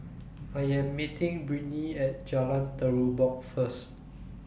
I Am meeting Britney At Jalan Terubok First